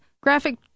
graphic